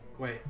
Wait